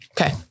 Okay